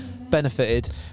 benefited